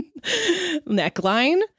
neckline